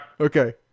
Okay